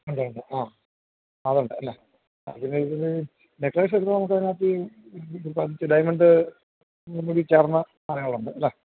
ഉണ്ട് ഉണ്ട് ആ അതുണ്ട് അല്ലേ അതി നെക്ലെസ് എടുത്താല് നമുക്കതിനകത്ത് ഈ ഡയമണ്ട് കൂടി ചേർന്ന അടയാളമുണ്ട് അല്ലെ